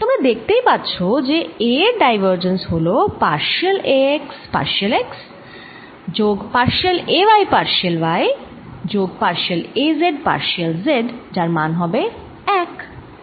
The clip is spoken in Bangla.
তোমরা দেখতেই পাচ্ছ যে A এর ডাইভারজেন্স হল partial A x partial x যোগ partial A y partial y যোগ partial A z partial z যার মান হবে 1